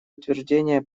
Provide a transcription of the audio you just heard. утверждение